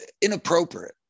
inappropriate